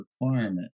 requirement